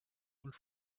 und